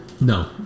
No